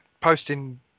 posting